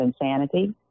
insanity